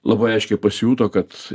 labai aiškiai pasijuto kad